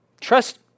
trust